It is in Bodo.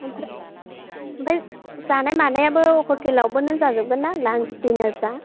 ओमफ्राय ओमफ्राय जानाय मानायाबो हथेलावबोनो जाजोबगोन ना लान्स दिनारफ्रा